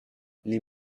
les